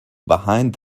behind